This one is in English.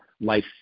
life